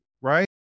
right